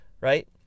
right